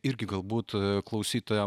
irgi galbūt klausytojam